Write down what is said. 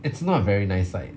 it's not very nice like